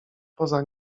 poza